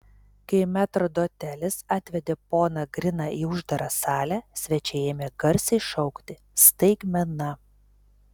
kai metrdotelis atvedė poną griną į uždarą salę svečiai ėmė garsiai šaukti staigmena